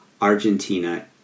Argentina